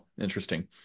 interesting